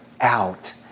out